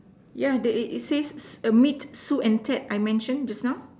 yeah they it it says err meet Su and Ted I mention just now